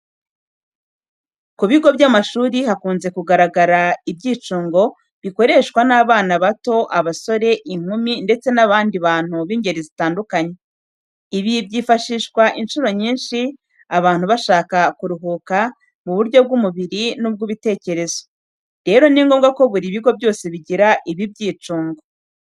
Ku bigo by'amashuri hakunze kugaragara ibyicungo bikoreshwa n'abana bato, abasore, inkumi ndetse n'abandi bantu b'ingeri zitandukanye. Ibi byifashishwa inshuro nyinshi abantu bashaka ku ruhuka mu buryo bw'umubiri n'ubw'ibitekerezo. Rero ni ngombwa ko buri bigo byose bigira ibi byicungo.